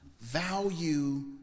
value